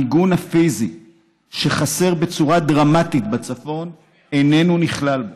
המיגון הפיזי שחסר בצורה דרמטית בצפון איננו נכלל בו,